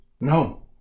No